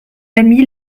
ami